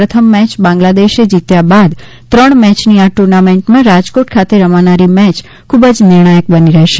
પ્રથમ મેચ બાંગ્લાદેશે જીત્યા બાદ ત્રણ મેચની આ ટુર્નામેન્ટમાં રાજકોટ ખાતે રમાનારી મેચ ખૂબ જ નિર્ણાયક બની રહેશે